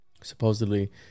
supposedly